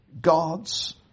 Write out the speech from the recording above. God's